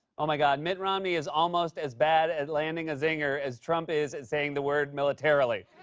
oh, my god. mitt romney is almost as bad at landing a zinger as trump is at saying the word militarily.